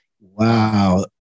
Wow